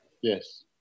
yes